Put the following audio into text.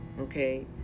okay